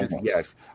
yes